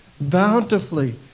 bountifully